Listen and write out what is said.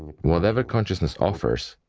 whatever consciousness offers,